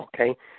Okay